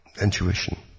Intuition